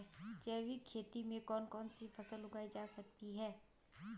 जैविक खेती में कौन कौन सी फसल उगाई जा सकती है?